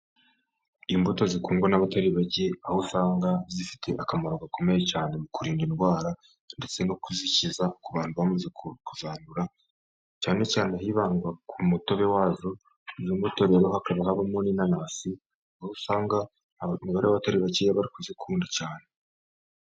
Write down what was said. Imbuto zikundwa n'abatari bake aho usanga zifite akamaro gakomeye cyane mu kurinda indwara, ndetse no kuzikiza ku bantu bamaze zandura, cyane cyane hibandwa ku mutobe wazo. Muri izo mbuto rero hakaba habamo inanasi, aho usanga umubare w'abatari bake bari kuzikunda cyane.